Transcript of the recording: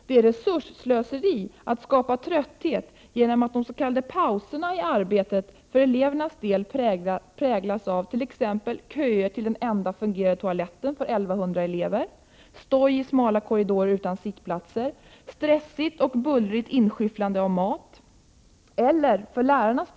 Det är resursslöseri när de s.k. pauserna i arbetet för elevernas del präglas av köer till den enda fungerande toaletten för 1 100 elever, stoj i smala korridorer utan sittplatser, stressigt och bullrigt inskyfflande av mat, och det skapar trötthet.